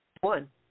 one